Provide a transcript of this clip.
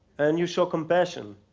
and you show compassion.